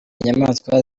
inyamaswa